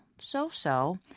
so-so